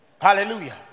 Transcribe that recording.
Hallelujah